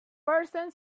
person